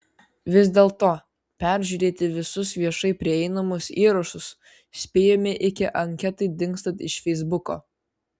vis dėlto peržiūrėti visus viešai prieinamus įrašus spėjome iki anketai dingstant iš feisbuko